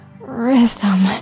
Rhythm